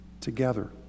together